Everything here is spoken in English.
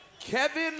Kevin